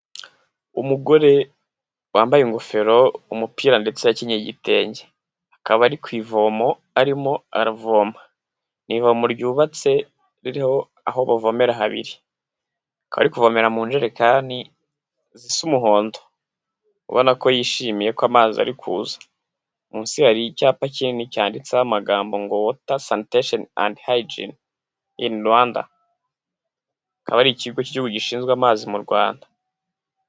Umugore wambaye ingofero, umupira, ndetse yakennye igitenge, akaba ari ku ivomo arimo aravoma, ni ivomo ryubatse ririho aho bavomera habiri. Akaba ari kuvomera mu njerekani ziss umuhondo ubona ko yishimiye ko amazi ari kuza, munsi hari icyapa kinini cyanditseho amagambo ngo wota sanitasheni endi hayigiyeni ini Rwanda', akaba ari ikigo cy'igihugu gishinzwe amazi mu Rwanda.